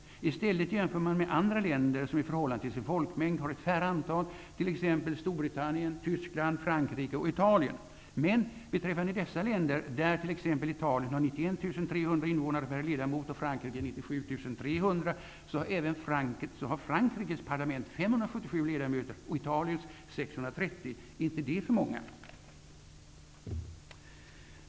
I stället jämför man med andra länder som i förhållande till sin folkmängd har ett färre antal, t.ex. Men beträffande dessa länder, där t.ex. Italien har Italiens 630 ledamöter. Är inte det för många?